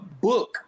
book